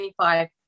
25